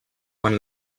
quan